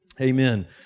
amen